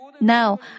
Now